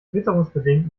witterungsbedingt